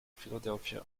philadelphia